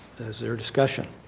is there discussion?